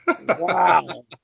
Wow